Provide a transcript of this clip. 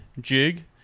jig